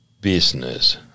business